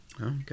Okay